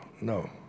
no